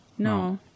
No